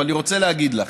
אבל אני רוצה להגיד לך: